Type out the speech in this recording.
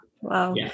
Wow